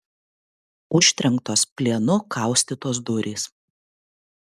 užtrenktos plienu kaustytos durys